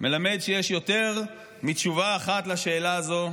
מלמד שיש יותר מתשובה אחת על השאלה הזו,